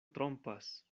trompas